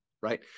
right